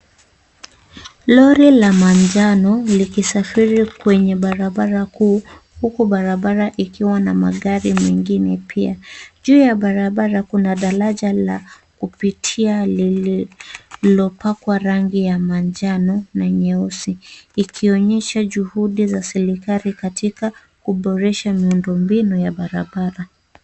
Lori la manjano likisafiri kwenye barabara kuu huku barabara ikiwa na magari mengine pia. Juu ya barabara kuna daraja la kupitia lililopakwa rangi ya manjano na nyeusi, ikionyesha juhudi za serikali katika kuboresha miundo mbinu ya barabara.